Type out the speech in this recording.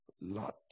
Lot